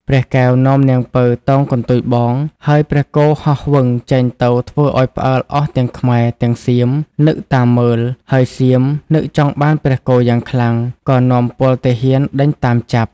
ព្រះកែវនាំនាងពៅតោងកន្ទុយបង ហើយព្រះគោហោះវឹងចេញទៅធ្វើឲ្យផ្អើលអស់ទាំងខ្មែរទាំងសៀមនឹកតាមមើល ហើយសៀមនឹកចង់បានព្រះគោយ៉ាងខ្លាំង ក៏នាំពលទាហានដេញតាមចាប់។